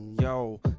Yo